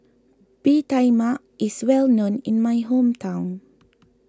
Bee Tai Mak is well known in my hometown